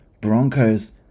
Broncos